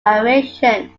variation